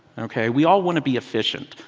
ok. we all want to be efficient.